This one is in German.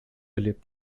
lebt